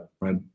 right